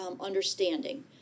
understanding